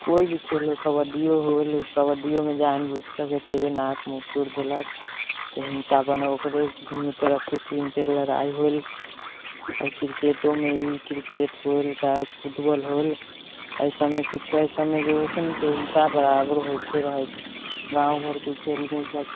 कोइ भी खेल हो कबड्डी होल कबड्डियों मे जान बूझि करके कते के नाक मुँह तोरि देलक तऽ हिंसा बने दुनू तरफ के टीमके लड़ाई होल क्रिकेटोमे ई क्रिकेट होल चाहे फुटबॉल होल एहिसबमे किछु एहिसबमे जे होय छै ने हिंसा बराबर होइते रहै छै गाँव घर के खेल मे ईसब